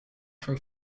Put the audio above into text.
from